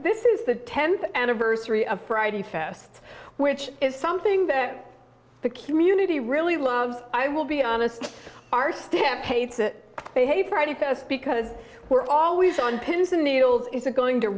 this is the tenth anniversary of friday fest which is something that the community really loves i will be honest our stamp hates it they hate friday because we're always on pins and needles isn't going to